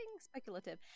speculative